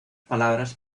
palabras